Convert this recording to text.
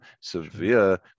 severe